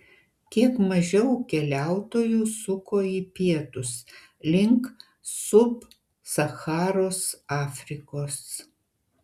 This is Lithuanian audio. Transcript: kiek mažiau keliautojų suko į pietus link sub sacharos afrikos